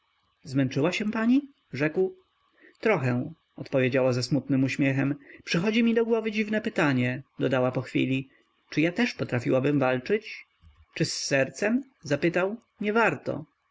zmęczyła się pani rzekł trochę odpowiedziała ze smutnym uśmiechem przychodzi mi do głowy dziwne pytanie dodała po chwili czy ja też potrafiłabym walczyć czy z sercem zapytał nie warto